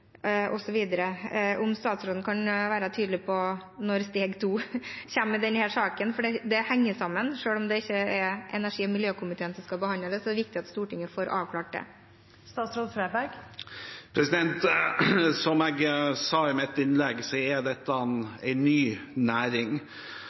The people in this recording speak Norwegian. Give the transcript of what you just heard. Selv om det ikke er energi- og miljøkomiteen som skal behandle det, er det viktig at Stortinget får avklart dette. Som jeg sa i mitt innlegg, er dette